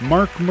Mark